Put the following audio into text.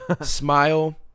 Smile